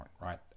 right